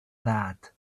that